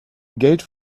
geld